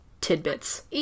tidbits